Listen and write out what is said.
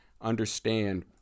understand